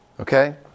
Okay